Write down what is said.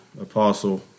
apostle